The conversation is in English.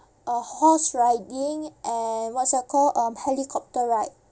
uh horse riding and what's that called um helicopter ride